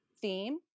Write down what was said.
theme